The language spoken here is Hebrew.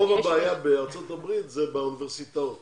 רוב הבעיה בארצות הברית זה באוניברסיטאות.